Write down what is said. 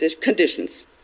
conditions